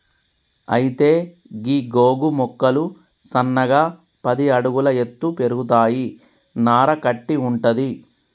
అయితే గీ గోగు మొక్కలు సన్నగా పది అడుగుల ఎత్తు పెరుగుతాయి నార కట్టి వుంటది